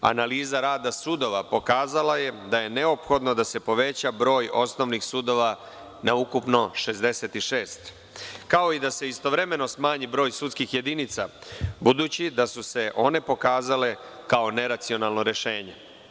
Analiza rada sudova pokazala je da je neophodno da se poveća broj osnovnih sudova na ukupno 66, kao da se i istovremeno smanji broj sudskih jedinica budući da su se one pokazale kao neracionalno rešenje.